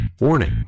Warning